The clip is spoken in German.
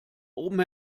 oben